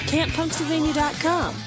CampPunkSylvania.com